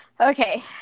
Okay